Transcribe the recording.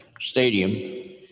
stadium